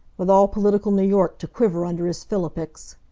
with all political new york to quiver under his philippics.